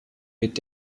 mit